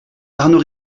arnaud